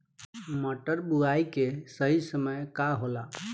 मटर बुआई के सही समय का होला?